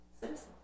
citizen